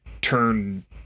turn